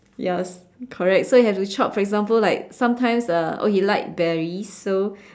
ya correct so you have to chop for example like sometimes uh oh he likes berries so